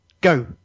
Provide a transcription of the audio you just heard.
Go